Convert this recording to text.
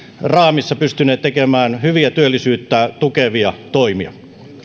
raamissa pystyneet tekemään hyviä työllisyyttä tukevia toimia